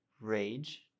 Rage